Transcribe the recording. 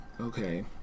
Okay